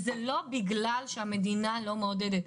זה לא בגלל שהמדינה לא מעודדת,